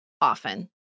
often